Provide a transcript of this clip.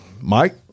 Mike